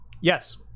yes